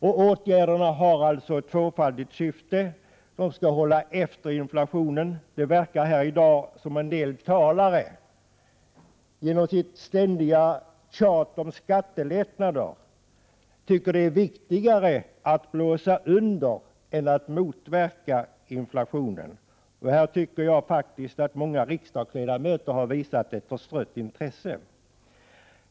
Åtgärderna har ett tvåfaldigt syfte. Det ena är att hålla efter inflationen. Det verkar som om en del talare, genom sitt ständiga tjatande om skattelättnader, tycker att det är viktigare att blåsa under än att motverka inflationen. Jag tycker faktiskt att många riksdagsledamöter har visat ett förstrött intresse för dessa frågor.